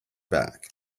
back